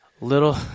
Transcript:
Little